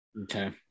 Okay